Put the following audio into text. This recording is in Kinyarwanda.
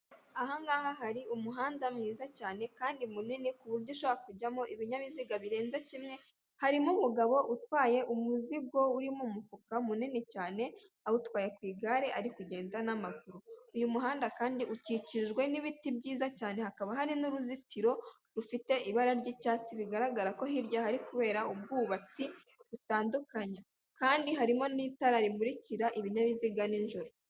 Ahangaha hari umuhanda mwiza cyane, kandi munini kuburyo ushobora kujyamo ibinyabiziga birenze kimwe, harimo umugabo utwaye umuzigo urimo umufuka munini cyane, awutwaye ku igare ari kugenda n'amaguru uyu muhanda kandi ukikijwe n'ibiti byiza cyane, hakaba hari n'uruzitiro rufite ibara ry'icyatsi bigaragara ko hirya hari kubera ubwubatsi butandukanye, kandi harimo n'itara rimurikira ibinyabiziga nijoro.